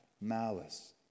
malice